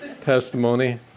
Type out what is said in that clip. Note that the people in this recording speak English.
testimony